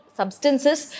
substances